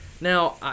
Now